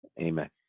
Amen